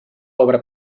obra